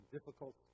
Difficult